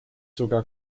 sogar